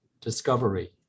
discovery